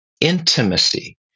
intimacy